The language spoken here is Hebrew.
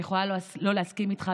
אני יכולה לא להסכים איתך,